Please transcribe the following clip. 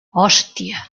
hòstia